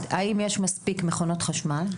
השאלה היא האם יש מספיק מכונות חשמל.